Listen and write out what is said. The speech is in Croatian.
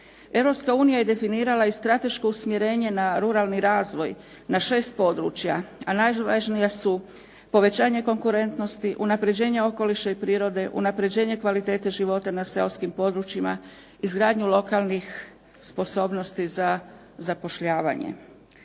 je definirala i strateško usmjerenje na ruralni razvoj na 6 područja, a najvažnija su povećanje konkurentnosti, unapređenje okoliša i prirode, unapređenje kvalitete života na seoskim područjima, izgradnju lokalnih sposobnosti za zapošljavanje.